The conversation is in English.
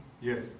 Yes